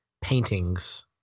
paintings